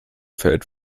feld